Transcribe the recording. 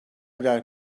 birer